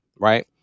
right